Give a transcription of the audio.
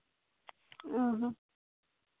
ᱚ